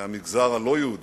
מהמגזר הלא-יהודי,